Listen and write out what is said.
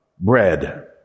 bread